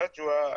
נג'וא,